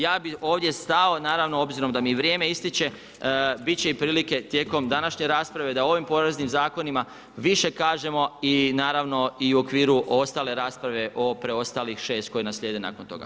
Ja bi ovdje stao, naravno, obzirom da mi vrijeme ističe, biti će i prilike tijekom današnje rasprave, da ovim poreznim zakonima, više kažemo i naravno i u okviru ostale rasprave o preostalih 6 koji nam slijede nakon toga.